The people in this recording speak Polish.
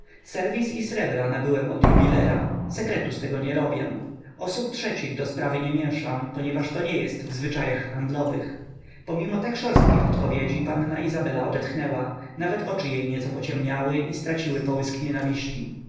serwis i srebra nabyłem od jubilera sekretu z tego nie robię osób trzecich do sprawy nie mięszam ponieważ to nie jest w zwyczajach handlowych pomimo tak szorstkich odpowiedzi panna izabela odetchnęła nawet oczy jej nieco pociemniały i straciły połysk nienawiści